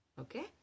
Okay